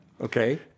Okay